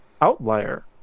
outlier